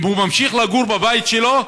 אם הוא ממשיך לגור בבית שלו,